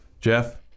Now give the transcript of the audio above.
Jeff